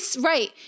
right